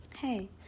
Hey